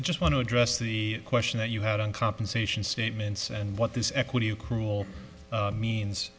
just want to address the question that you had on compensation statements and what this equity of cruel means